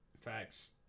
Facts